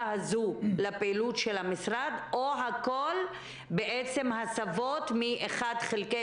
הזו לפעילות המשרד או שהכול בעצם הסבות מ-1 חלקי